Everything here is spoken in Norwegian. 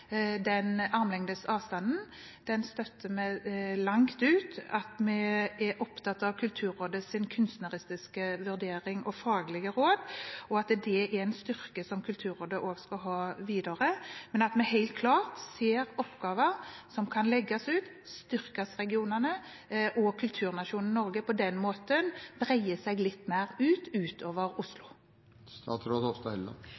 armlengdes avstand, noe vi støtter vi fullt ut. Vi er opptatt av Kulturrådets kunstneriske vurdering og faglige råd, og det er en styrke som Kulturrådet også skal ha videre, men vi ser helt klart oppgaver som kan legges ut, og da styrkes regionene og kulturnasjonen Norge på den måten, breier seg litt mer ut, utover Oslo.